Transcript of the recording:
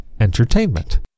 entertainment